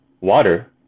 water